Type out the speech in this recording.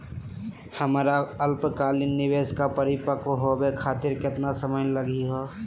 हमर अल्पकालिक निवेस क परिपक्व होवे खातिर केतना समय लगही हो?